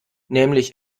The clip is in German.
nämlich